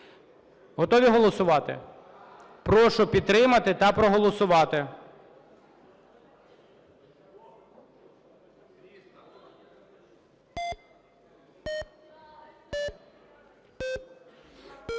Готові голосувати? Прошу підтримати та проголосувати.